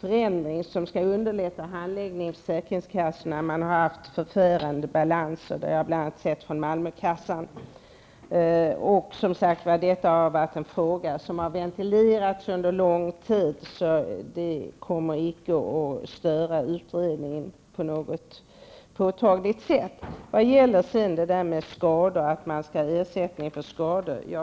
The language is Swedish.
förändring som skall underlätta handläggningen hos försäkringskassorna. Man har haft förfärande balanser på försäkringskassorna, vilket jag bl.a. har sett från Malmökassan. Denna fråga har ventilerats under lång tid, så den kommer därför inte att störa utredningen på något påtagligt sätt. Visst skall man ha ersättning för skador.